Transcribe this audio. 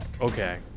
Okay